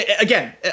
Again